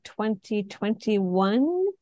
2021